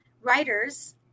writers